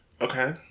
Okay